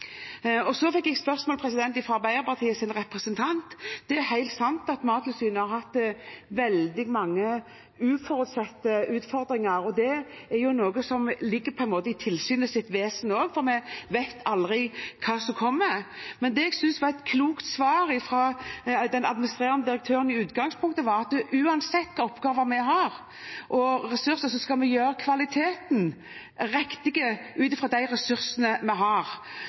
fikk et spørsmål fra Arbeiderpartiets representant: Det er helt sant at Mattilsynet har hatt veldig mange uforutsette utfordringer. Det er noe som på en måte ligger i tilsynets vesen også, for man vet aldri hva som kommer. Men det jeg synes var et klokt svar fra administrerende direktør i utgangspunktet, var at uansett hvilke oppgaver vi har, skal kvaliteten være god ut fra de ressursene vi har.